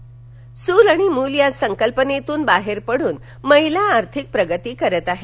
बचतगट यवतमाळ चूल आणि मूल या संकल्पनेतून बाहेर पडून महिला आर्थिक प्रगती करीत आहेत